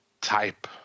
type